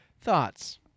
Thoughts